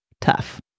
tough